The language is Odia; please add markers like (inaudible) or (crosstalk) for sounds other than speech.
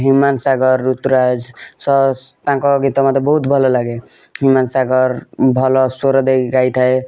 ହ୍ୟୁମାନ୍ ସାଗର୍ ଋତୁରାଜ (unintelligible) ସ ତାଙ୍କ ଗୀତ ମତେ ବହୁତ୍ ଭଲ ଲାଗେ ହ୍ୟୁମାନ୍ ସାଗର୍ ଭଲ ସ୍ୱର ଦେଇ ଗାଇଥାଏ